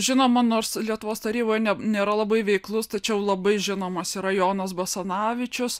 žinoma nors lietuvos taryboj nėra labai veiklus tačiau labai žinomas yra jonas basanavičius